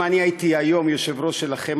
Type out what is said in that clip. אם אני הייתי היום יושב-ראש שלכם,